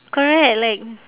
correct like